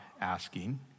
asking